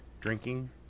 drinking